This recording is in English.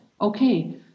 Okay